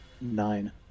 nine